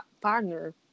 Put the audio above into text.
partner